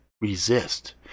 resist